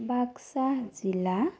বাক্সা জিলা